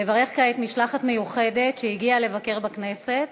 משלחת מיוחדת שהגיעה לבקר בכנסת,